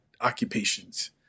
occupations